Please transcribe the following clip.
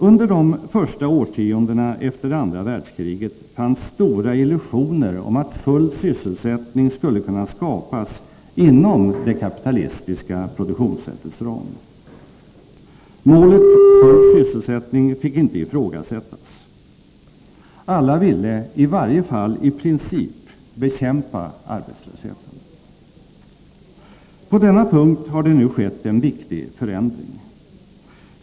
Under de första årtiondena efter det andra världskriget fanns stora illusioner om att full sysselsättning skulle kunna skapas inom det kapitalistiska produktionssättets ram. Målet ”full sysselsättning” fick inte ifrågasättas. Alla ville, i varje fall i princip, bekämpa arbetslösheten. På denna punkt har det nu skett en viktig förändring.